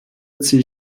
ziehe